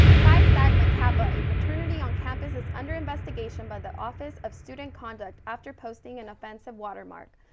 phi sigma kappa, a fraternity on campus is under investigation by the office of student conduct after posting an offensive watermark.